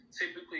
typically